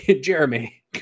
Jeremy